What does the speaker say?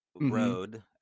road